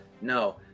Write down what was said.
No